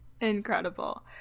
Incredible